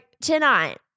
tonight